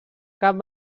cap